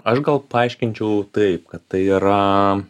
aš gal paaiškinčiau taip kad tai yra